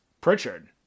Pritchard